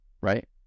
right